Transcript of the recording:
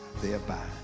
thereby